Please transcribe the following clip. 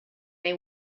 they